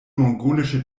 mongolische